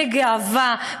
בגאווה,